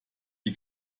die